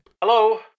Hello